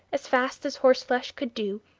as fast as horseflesh could do